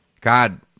God